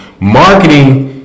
marketing